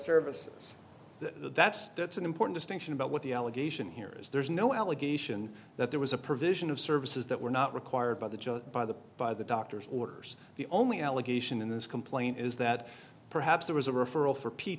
services the that's that's an important distinction about what the allegation here is there's no allegation that there was a provision of services that were not required by the by the by the doctor's orders the only allegation in this complaint is that perhaps there was a referral for p